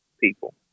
people